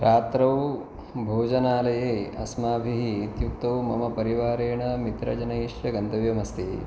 रात्रौ भोजनालये अस्माभिः इत्युक्तौ मम परिवारेण मित्रजनैश्च गन्तव्यम् अस्ति